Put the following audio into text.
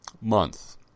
Month